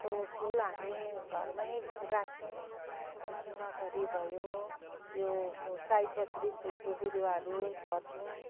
अब फुल हामी घरमै राख्छौँ अब सुनखरी भयो यो सयपत्री फुलको बिरुवाहरू छर्छौँ